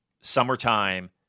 summertime